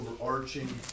overarching